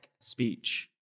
speech